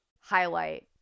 highlight